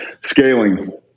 Scaling